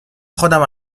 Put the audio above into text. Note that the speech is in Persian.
خودم